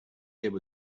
able